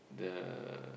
the